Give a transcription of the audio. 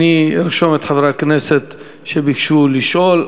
אני ארשום את חברי הכנסת שביקשו לשאול.